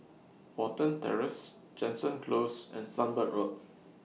Watten Terrace Jansen Close and Sunbird Road